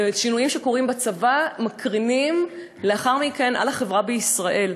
ושינויים שקורים בצבא מקרינים לאחר מכן על החברה בישראל,